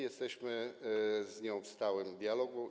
Jesteśmy z nią w stałym dialogu.